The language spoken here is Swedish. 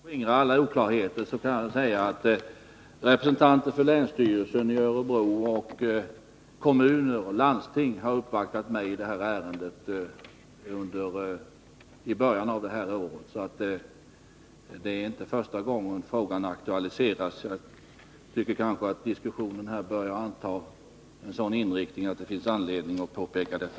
Fru talman! För att skingra alla oklarheter kan jag säga att representanter för länsstyrelsen i Örebro län samt för kommuner och landsting i början av året uppvaktade mig i detta ärende. Det är alltså inte första gången frågan aktualiseras. Jag tycker att diskussionen har fått en sådan inriktning att det finns anledning att påpeka detta.